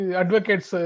advocates